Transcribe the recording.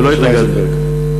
ולא התנגדתם.